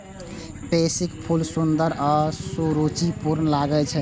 पैंसीक फूल सुंदर आ सुरुचिपूर्ण लागै छै